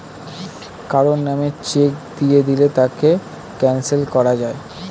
কারো নামে চেক দিয়ে দিলে তাকে ক্যানসেল করা যায়